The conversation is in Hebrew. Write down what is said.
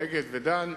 "אגד" ו"דן",